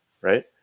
right